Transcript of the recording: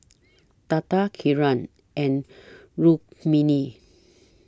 Tata Kiran and Rukmini